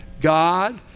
God